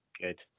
Good